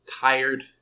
tired